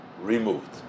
removed